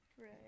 Right